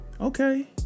Okay